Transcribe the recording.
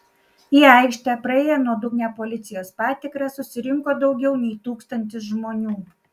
į aikštę praėję nuodugnią policijos patikrą susirinko daugiau nei tūkstantis žmonių